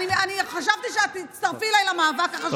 חשבתי שתצטרפי אליי למאבק החשוב הזה.